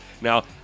Now